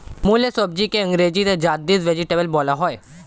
মুলো সবজিকে ইংরেজিতে র্যাডিশ ভেজিটেবল বলা হয়